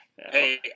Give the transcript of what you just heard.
Hey